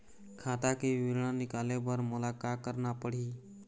खाता के विवरण निकाले बर मोला का करना पड़ही?